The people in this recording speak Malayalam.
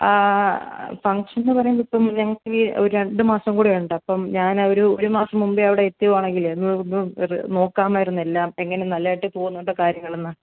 ഫങ്ഷൻന്ന് പറയുമ്പം ഇപ്പം ഞങ്ങൾക്കിനി ഒരു രണ്ട് മാസം കൂടിയുണ്ട് അപ്പം ഞാനൊരു ഒരു മാസം മുമ്പേ അവിടെത്തുവാണെങ്കിലേ ഇത് ഇത് നോക്കാമായിരുന്നെല്ലാം എങ്ങനെ നല്ലതായിട്ട് പോകുന്നുണ്ടോ കാര്യങ്ങളെന്ന്